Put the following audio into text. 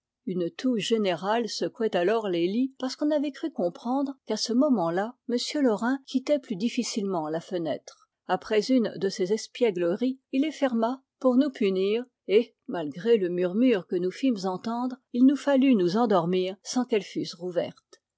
une toux générale secouait alors les lits parce qu'on avait cru comprendre qu'à ce moment là m laurin quittait plus difficilement la fenêtre après une de ces espiègleries il les ferma pour nous punir et malgré le murmure que nous fîmes entendre il nous fallut nous endormir sans qu'elles fussent rouvertes